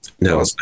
no